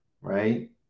right